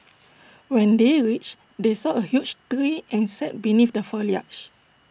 when they reached they saw A huge tree and sat beneath the foliage